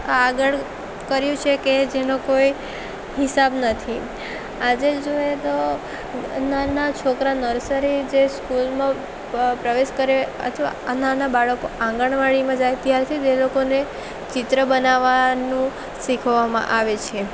આગળ કર્યું છે કે જેનો કોઈ હિસાબ નથી આજે જોઈએ તો નાના છોકરા નર્સરી જે સ્કૂલમાં પ્રવેશ કરે અથવા આ નાના બાળકો આંગળવાડીમાં જાય ત્યારથી તે લોકોને ચિત્ર બનાવવાનું શીખવવામાં આવે છે